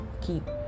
keep